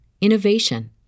innovation